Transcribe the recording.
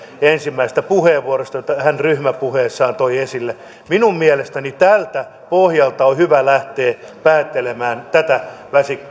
ensimmäisestä puheenvuorosta jota hän ryhmäpuheessaan toi esille minun mielestäni tältä pohjalta on hyvä lähteä päättelemään tätä